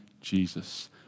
Jesus